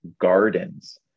gardens